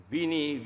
Vini